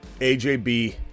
AJB